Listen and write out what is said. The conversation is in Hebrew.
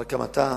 על הקמתה,